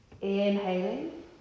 Inhaling